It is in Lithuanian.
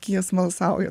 kija smalsauja